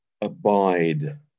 abide